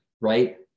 right